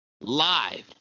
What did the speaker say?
Live